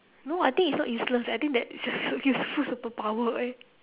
no I think it's not useless I think that is a useful superpower eh